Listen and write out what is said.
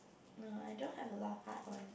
uh I don't have a lot of hard one